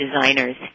designers